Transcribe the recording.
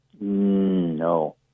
No